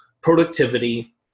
productivity